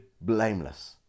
blameless